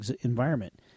environment